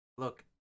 Look